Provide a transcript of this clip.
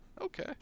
Okay